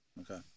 okay